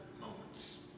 moments